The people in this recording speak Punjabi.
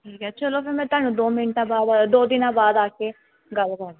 ਠੀਕ ਹੈ ਚਲੋ ਫਿਰ ਮੈਂ ਤੁਹਾਨੂੰ ਦੋ ਮਿੰਟਾਂ ਬਾਅਦ ਦੋ ਦਿਨਾਂ ਬਾਅਦ ਆ ਕੇ ਗੱਲ ਕਰਦੀ